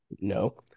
No